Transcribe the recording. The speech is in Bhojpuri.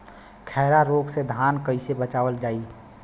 खैरा रोग से धान कईसे बचावल जाई?